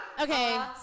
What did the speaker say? Okay